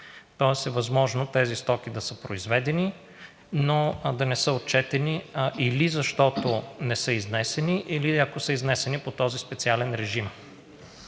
Тоест е възможно тези стоки да са произведени, но да не са отчетени или защото не са изнесени, или ако са изнесени по този специален режим.